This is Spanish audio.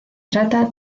trata